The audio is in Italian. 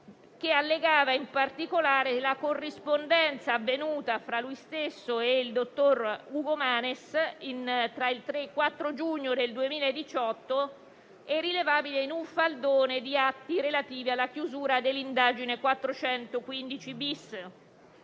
che allegava in particolare la corrispondenza avvenuta fra lui stesso e il dottor Ugo Manes tra il 3 e il 4 giugno del 2018 e rilevabile in un faldone di atti relativi alla chiusura dell'indagine 415-*bis.*